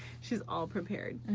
she's all prepared,